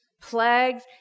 plagues